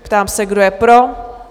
Ptám se, kdo je pro?